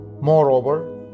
Moreover